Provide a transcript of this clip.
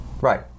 Right